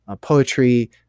poetry